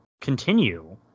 continue